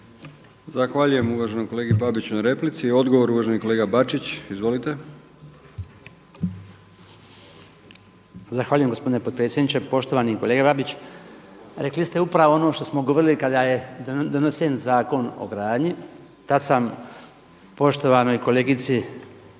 Zahvaljujem uvaženom kolegi Babiću na replici. Odgovor uvaženi kolega Bačić. Izvolite. **Bačić, Branko (HDZ)** Zahvaljujem gospodine potpredsjedniče. Poštovani kolega Babić. Rekli ste upravo ono što smo govorili kada je donesen Zakon o gradnji, tada sam poštovanoj kolegici